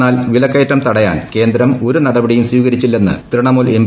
എന്നാൽ വിലക്കയറ്റം തടയാൻ കേന്ദ്രം ഒരു നടപടിയും സ്വീകരിച്ചില്ലെന്ന് തൃണമൂൽ എം